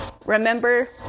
Remember